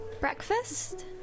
breakfast